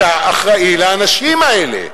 אתה אחראי לאנשים האלה.